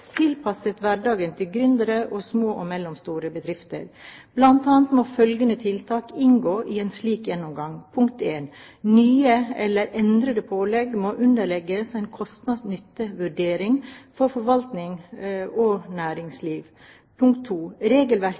små og mellomstore bedrifter. Blant annet må følgende tiltak inngå i en slik gjennomgang: Nye eller endrede pålegg må underlegges en kost–nytte-vurdering for forvaltning og næringsliv. Regelverket må ikke endres unødig ofte, og bedriftene må få tilstrekkelig tid til å tilpasse seg nytt eller endret regelverk.